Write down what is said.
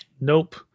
Nope